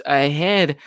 ahead